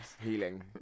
Healing